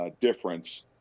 difference